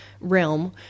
realm